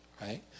right